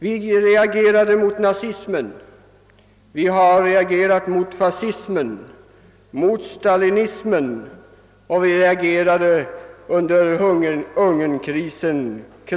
Vi reagerade mot nazismen, vi har reagerat mot fascismen och stalinismen och vi reagerade kraftigt och bestämt under Ungernkrisen.